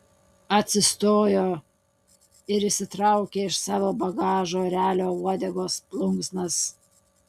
atsistojo ir išsitraukė iš savo bagažo erelio uodegos plunksnas